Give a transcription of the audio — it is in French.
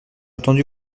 entendu